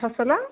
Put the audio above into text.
ଫସଲ